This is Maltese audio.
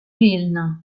lilna